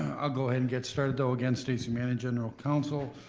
i'll go ahead and get started though. again, stacy manning, general council.